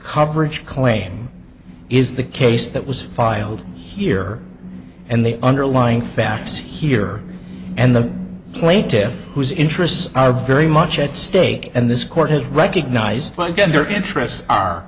coverage claim is the case that was filed here and the underlying facts here and the plaintiffs whose interests are very much at stake and this court has recognized but again their interests are